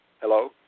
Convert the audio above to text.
Hello